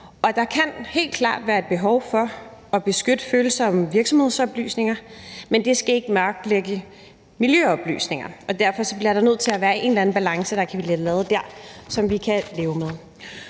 der kan helt klart være behov for at beskytte følsomme virksomhedsoplysninger, men det skal ikke mørklægge miljøoplysninger, og derfor bliver der nødt til at være en eller anden balance der, som vi kan leve med.